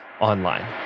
online